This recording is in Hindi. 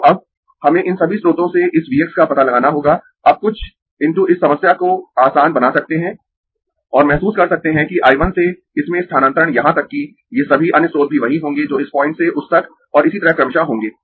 तो अब हमें इन सभी स्रोतों से इस V x का पता लगाना होगा अब कुछ × इस समस्या को आसान बना सकते है और महसूस कर सकते है कि I 1 से इसमें स्थानांतरण यहां तक कि ये सभी अन्य स्रोत भी वही होंगें जो इस पॉइंट से उस तक और इसी तरह क्रमशः होंगें